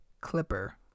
Clipper